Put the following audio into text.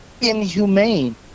inhumane